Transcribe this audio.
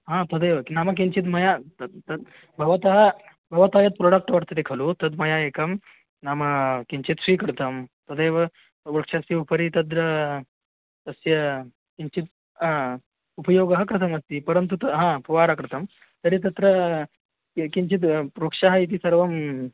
हा तदेव त् नाम किञ्चिद् मया तत् तत् भवतः भवतः यत् प्रोडक्ट् वर्तते खलु तद् मया एकं नाम किञ्चित् स्वीकृतं तदेव वृक्षस्य उपरि तत्र तस्य किञ्चित् हा उपयोगः कृतः अस्ति परन्तु तत्र हा पुवार कृतं तर्हि तत्र ये किञ्चिद् प्रोक्षणम् इति सर्वं